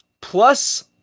Plus